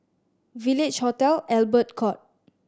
Village Hotel Albert Court